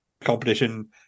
competition